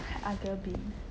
ah girl